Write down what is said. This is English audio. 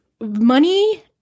Money